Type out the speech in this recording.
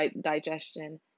digestion